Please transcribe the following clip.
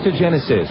Genesis